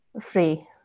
Free